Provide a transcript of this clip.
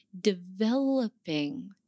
developing